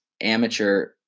amateur